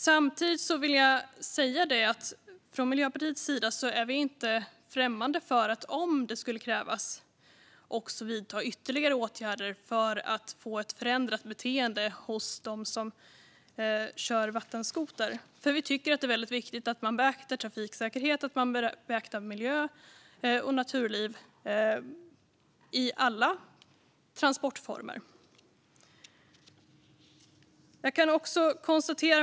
Samtidigt vill jag säga att vi från Miljöpartiets sida inte är främmande för att vidta ytterligare åtgärder om det skulle krävas för att få ett förändrat beteende hos dem som kör vattenskoter. Vi tycker nämligen att det är väldigt viktigt att man beaktar trafiksäkerhet, miljö och naturliv när det gäller alla transportformer.